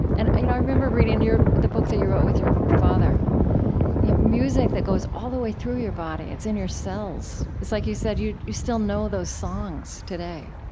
and i remember reading in the book that you wrote with your father you know music that goes all the way through your body. it's in your cells. it's like you said. you you still know those songs today.